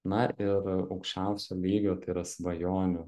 na ir aukščiausio lygio tai yra svajonių